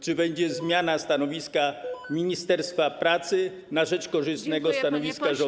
Czy będzie zmiana stanowiska ministerstwa pracy na rzecz korzystnego stanowiska rządu?